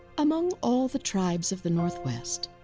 among all the tribes of the northwest,